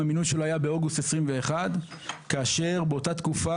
המינוי שלו היה באוגוסט 2021 כאשר באותה תקופה,